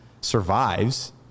survives